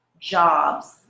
jobs